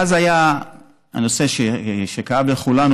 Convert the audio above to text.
אז היה הנושא שכאב לכולנו,